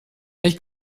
ich